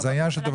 אני